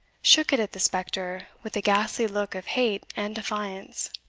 shook it at the spectre with a ghastly look of hate and defiance.